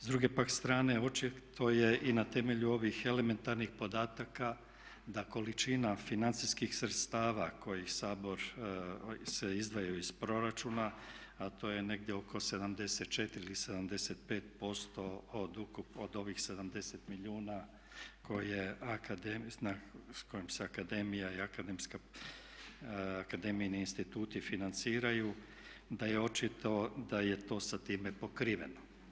S druge pak strane očito je i na temelju ovih elementarnih podataka da količina financijskih sredstava koji se izdvajaju iz proračuna, a to je negdje oko 74 ili 75% od ovih 70 milijuna s kojima se akademija i akademijini instituti financiraju, da je očito da je to sa time pokriveno.